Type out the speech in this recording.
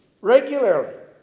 regularly